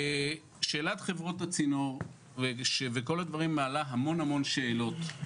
שאלת חברות הצינור מעלה המון שאלות.